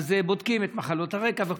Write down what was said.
בודקים את מחלות הרקע.